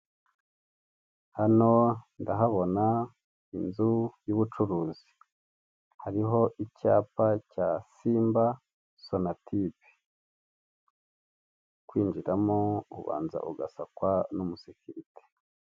Hano ndahabona inzu y’ubucuruzi, hariho icyapa cya Simba sonatibe. Kwinjiramo, banza ugasakwa n'umusekirite.